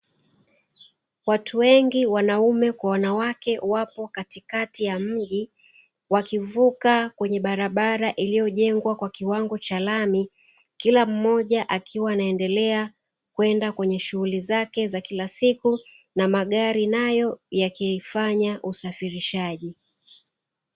Watu wengi wanaume kwa wanawake wapo katikati ya mji wakivuka kwenye barabara iliyojengwa kwa kiwango cha rami kila mmoja akiwa anaendelea kwenda kwenye shughuli zake za kila siku na magari nayo yakifanya usafirishaji.